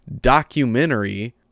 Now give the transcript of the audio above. documentary